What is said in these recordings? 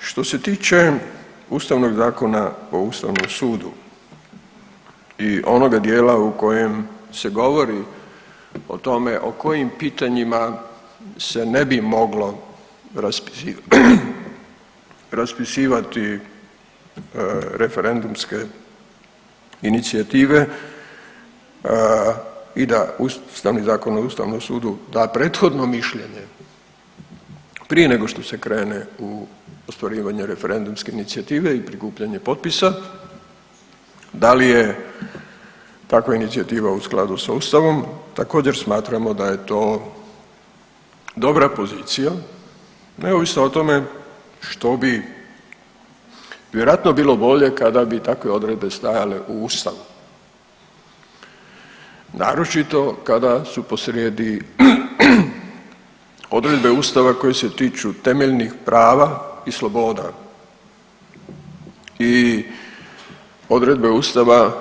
Što se tiče Ustavnog zakona o Ustavnom sudu i onoga dijela u koje se govori o tome o kojim pitanjima se ne bi moglo raspisivati referendumske inicijative i da da Ustavni zakon o Ustavnom sudu da prethodno mišljenje, prije nego što se krene u ostvarivanje referendumske inicijative i prikupljanje potpisa da li je takva inicijativa u skladu sa Ustavom, također smatramo da je to dobra pozicija neovisno o tome što bi vjerojatno bilo bolje kada bi takve odredbe stajale u ustavu, naročito kada su po srijedi odredbe ustava koje se tiču temeljnih prava i sloboda i odredbe ustava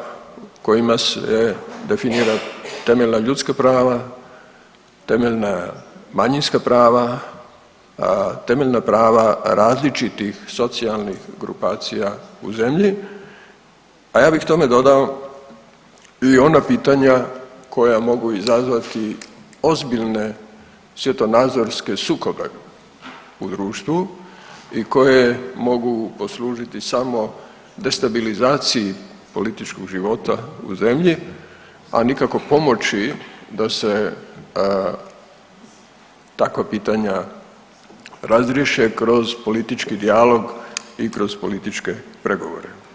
kojima se definira temeljna ljudska prava, temeljna manjinska prava, temeljna prava različitih socijalnih grupacija u zemlji, a ja bih tome dodao i ona pitanja koja mogu izazvati ozbiljne svjetonazorske sukobe u društvu i koje mogu poslužiti samo destabilizaciji političkog života u zemlji, a nikako pomoći da se takva pitanja razriješe kroz politički dijalog i kroz političke pregovore.